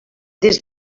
des